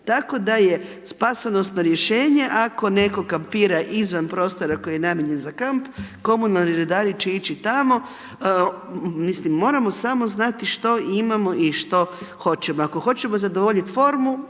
Tako da je spasonosno rješenje ako netko kampira izvan prostora koji je namijenjen za kamp, komunalni redari će ići tamo. Mislim moramo samo znati što imamo i što hoćemo. Ako hoćemo zadovoljiti formu